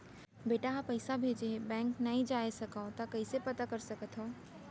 बेटा ह पइसा भेजे हे बैंक नई जाथे सकंव त कइसे पता कर सकथव?